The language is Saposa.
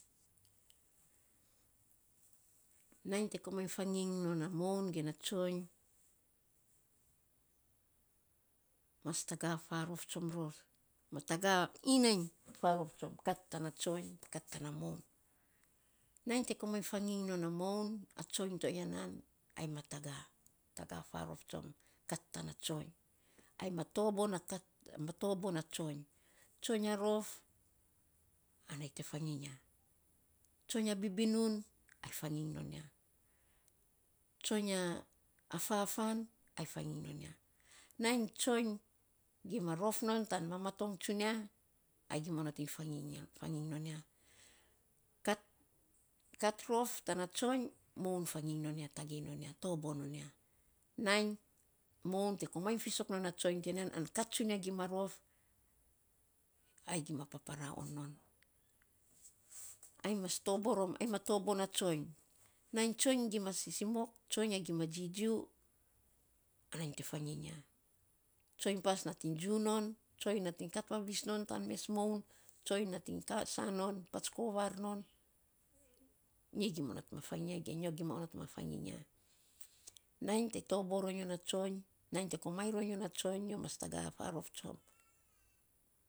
nainy te komainy fanginy non a moun ge na tsoiny mas taga farof tsom ror. Ma taga nainy faarof tsom kat tana tsoiny kat tana moun. Nainy te komainy fanginy non a moun, a tsoiny to ya nan, ai ma taga. Taga faarof tsom kat tana tsoiny. Ai na tobo na tsoiny. Tsoiny ya rof ana yei te fanginy ya. Tsoiny ya bibinun, ai fanginy non ya, tsoiny ya a fafan, ai fanginy non ya. Nainy tsoiny gima rof non tan mamatong tsunia, ai gima onot iny fanginy ya fanginy non ya. Kat ror tana tsoiny, moun fanginy non ya, tagei non ya, tobo non ya. Nainy moun te komainy fisok non tsoiny ti nan an kat tsunia gima rof, ai gima paparaa on non, ai mas tobo rom ainy ma tobo na tsoiny. Nainy tsoiny gima sisimok, tsoiny gima jijiu ana nyi te fanginy ya. Tsoiny pas nating jiu non tsoiny nating katvavis non tan mes moun tsoiny nating pats kovar non. Nyi gima onot ma fanginy ya ge nyo gima onot on ma fanginy ya. Nainy te tobo ro nyo na tsoiny, nainy te komainy ro nyo na tsoiny, nyo mas taga farof tsom